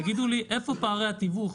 תגידו לי איפה פערי התיווך.